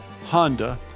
Honda